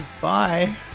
Bye